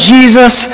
Jesus